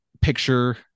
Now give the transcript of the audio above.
picture